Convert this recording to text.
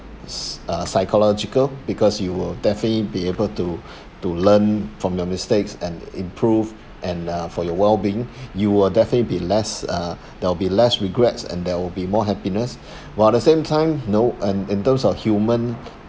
s~ uh psychological because you will definitely be able to to learn from your mistakes and improve and uh for your well-being you will definitely be less uh there will be less regrets and there will be more happiness while at the same time you know and in terms of human